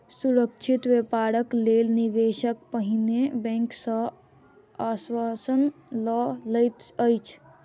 सुरक्षित व्यापारक लेल निवेशक पहिने बैंक सॅ आश्वासन लय लैत अछि